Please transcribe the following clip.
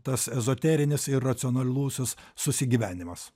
tas ezoterines ir racionalusis susigyvenimas